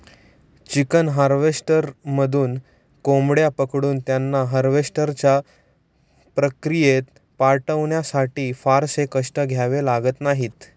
chicken हार्वेस्टरमधून कोंबड्या पकडून त्यांना हार्वेस्टच्या प्रक्रियेत पाठवण्यासाठी फारसे कष्ट घ्यावे लागत नाहीत